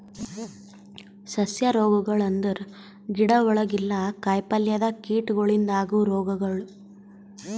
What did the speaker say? ಸಸ್ಯ ರೋಗಗೊಳ್ ಅಂದುರ್ ಗಿಡ ಒಳಗ ಇಲ್ಲಾ ಕಾಯಿ ಪಲ್ಯದಾಗ್ ಕೀಟಗೊಳಿಂದ್ ಆಗವ್ ರೋಗಗೊಳ್